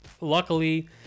luckily